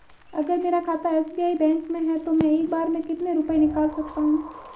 अगर मेरा खाता एस.बी.आई बैंक में है तो मैं एक बार में कितने रुपए निकाल सकता हूँ?